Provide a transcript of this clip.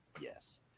Yes